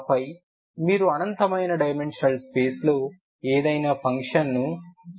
ఆపై మీరు అనంతమైన డైమెన్షనల్ స్పేస్లో ఏదైనా ఫంక్షన్ను చివరగా వ్రాయవచ్చు